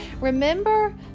remember